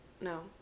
No